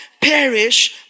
perish